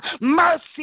mercy